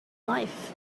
life